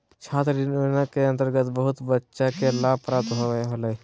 छात्र ऋण योजना के अंतर्गत बहुत बच्चा के लाभ प्राप्त होलय